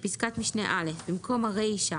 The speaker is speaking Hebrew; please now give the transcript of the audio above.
בפסקת משנה (א) במקום הרישה